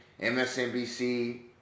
MSNBC